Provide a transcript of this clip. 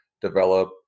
develop